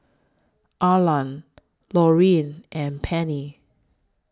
Arlan Lauryn and Pennie